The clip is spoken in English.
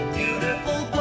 beautiful